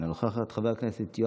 חבר הכנסת נאור שירי,